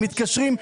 הם מתקשרים.